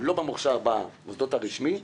לא במוכש"ר במוסדות הרשמיים,